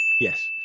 Yes